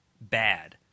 bad